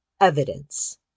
evidence